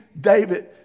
david